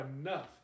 enough